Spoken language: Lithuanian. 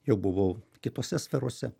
jau buvau kitose sferose